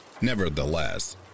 Nevertheless